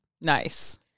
Nice